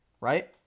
Right